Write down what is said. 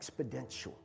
exponential